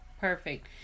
Perfect